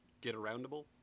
get-aroundable